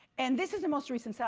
and this is the most recent. so